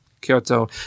Kyoto